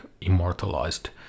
immortalized